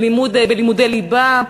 בלימודי ליבה.